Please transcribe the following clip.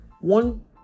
one